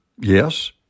Yes